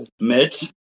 Mitch